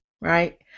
right